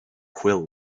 quill